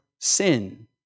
sin